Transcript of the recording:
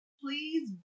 Please